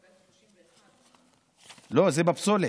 אדוני, לא, זה בפסולת.